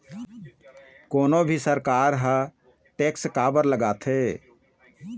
कोनो भी सरकार ह टेक्स काबर लगाथे?